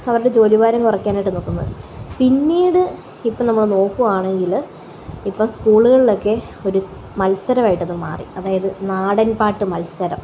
അവരുടെ ജോലി ഭാരം കുറയ്ക്കാനായിട്ടു നോക്കുന്നു പിന്നീട് ഇപ്പോള് നമ്മള് നോക്കുവാണെങ്കില് ഇപ്പോള് സ്കൂളുകളിലൊക്കെ ഒരു മത്സരമായിട്ടത് മാറി അതായത് നാടന് പാട്ട് മത്സരം